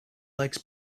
likes